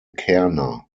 kerner